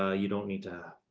ah you don't need to,